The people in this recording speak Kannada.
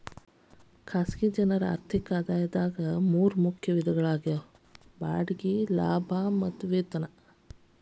ಖಾಸಗಿ ಜನರ ಆರ್ಥಿಕ ಆದಾಯಗಳ ಮೂರ ಮುಖ್ಯ ವಿಧಗಳಾಗ್ಯಾವ ಬಾಡಿಗೆ ಲಾಭ ಮತ್ತ ವೇತನಗಳು